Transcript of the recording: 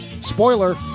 Spoiler